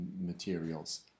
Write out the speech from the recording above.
materials